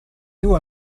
you